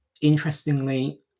interestingly